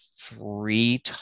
three